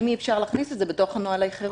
האם אי אפשר להכניס את זה בתוך נהלי החירום?